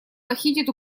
похитить